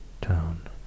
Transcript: town